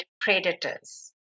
predators